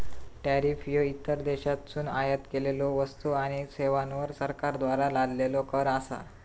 tariff ह्यो इतर देशांतसून आयात केलेल्यो वस्तू आणि सेवांवर सरकारद्वारा लादलेलो कर असा